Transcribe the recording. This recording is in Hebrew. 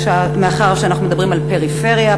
מאחר שאנחנו מדברים על פריפריה,